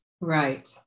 Right